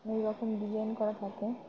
অনেক রকম ডিজাইন করা থাকে